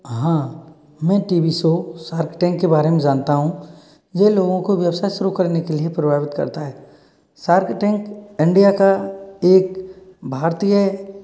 हाँ मैं T V show Shark Tank के बारे में जानता हूँ ये लोगों को व्यवसाय शुरू करने के लिए प्रभावित करता है सार्क टेंक इंडिया का एक भारतीय